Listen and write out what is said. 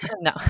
No